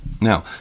Now